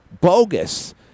bogus